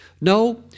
No